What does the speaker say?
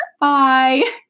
Bye